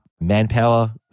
manpower